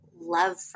love